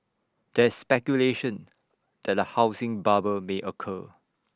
there is speculation that A housing bubble may occur